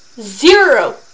Zero